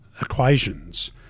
equations